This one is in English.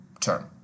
term